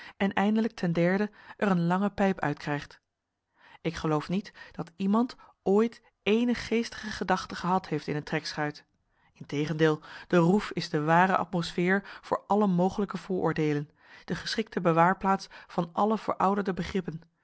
en eindelijk ten derde er een lange pijp uitkrijgt ik geloof niet dat iemand ooit ééne geestige gedachte gehad heeft in een trekschuit integendeel de roef is de ware atmosfeer voor alle mogelijke vooroordeelen de geschikte bewaarplaats van alle verouderde begrippen